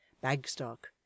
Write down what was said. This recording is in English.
Bagstock